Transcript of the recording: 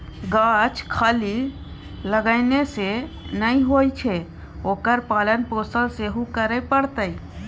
गाछ खाली लगेने सँ नै होए छै ओकर पालन पोषण सेहो करय पड़तै